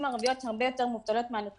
אחוז המובטלות בקרב הנשים החרדיות גבוה מאוד.